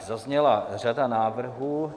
Zazněla řada návrhů.